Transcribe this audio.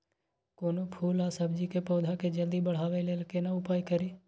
कोनो फूल आ सब्जी के पौधा के जल्दी बढ़ाबै लेल केना उपाय खरी?